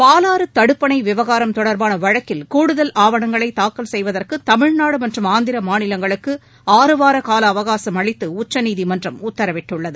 பாலாறு தடுப்பணை விவகாரம் தொடர்பான வழக்கில் கூடுதல் ஆவணங்களை தாக்கல் செய்வதற்கு தமிழ்நாடு மற்றும் ஆந்திர மாநிலங்களுக்கு ஆறுவார கால அவகாசும் அளித்து உச்சநீதிமன்றம் உத்தரவிட்டுள்ளது